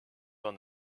van